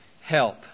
help